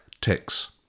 ticks